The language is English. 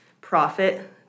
profit